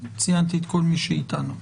אז ציינתי את כל מי שאיתנו.